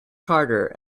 carter